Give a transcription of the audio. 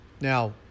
Now